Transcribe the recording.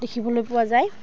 দেখিবলৈ পোৱা যায়